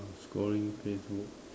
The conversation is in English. I'm scoring play through